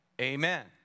Amen